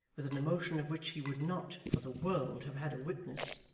with an emotion of which he would not, for the world, have had a witness,